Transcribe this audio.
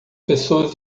pessoas